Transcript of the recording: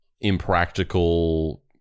impractical